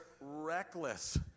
reckless